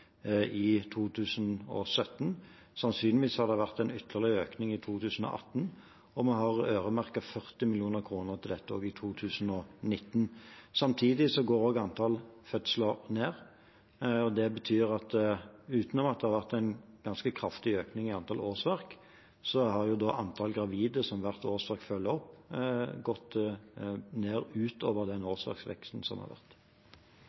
ytterligere økning i 2018, og vi har øremerket 40 mill. kr til dette i 2019. Samtidig går antallet fødsler ned. Det betyr at utenom at det har vært en ganske kraftig økning i antall årsverk, har antallet gravide som hvert årsverk følger opp, gått ned utover den årsverksveksten som har vært.